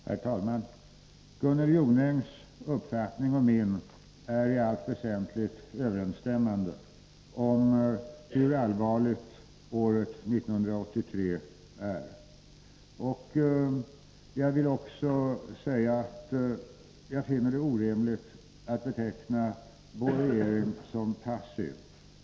Herr talman! Gunnel Jonängs uppfattning och min är i allt väsentligt överensstämmande beträffande hur allvarligt år 1983 är. Men jag vill också säga att jag finner det orimligt att beteckna vår regering som passiv.